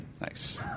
Nice